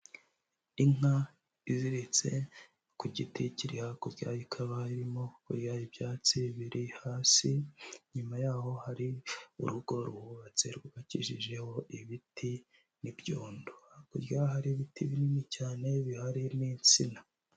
Inka iziritse ku giti kiri hakurya ikaba irimo kurya ibyatsi biri hasi, inyuma yaho hari urugo ruhubatse rwubakijijeho ibiti n'ibyondo, hakurya hari ibiti binini cyane bihari n'insina.